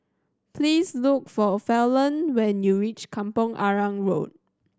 please look for Falon when you reach Kampong Arang Road